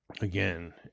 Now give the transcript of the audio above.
Again